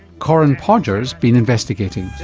corinne podger has been investigating.